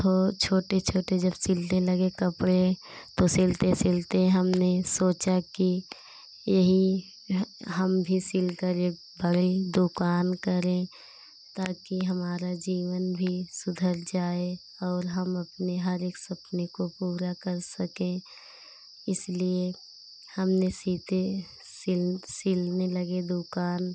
तो छोटे छोटे जब सिलने लगे कपड़े तो सिलते सिलते हमने सोचा कि यही हम भी सिलकर ये भले दुकान करें ताकी हमारा जीवन भी सुधर जाए और हम अपने हर एक सपने को पूरा कर सकें इसलिए हमने सीते सिल सिलने लगे दूकान